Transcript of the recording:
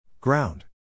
Ground